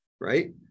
right